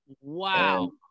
wow